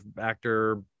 actor